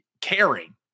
caring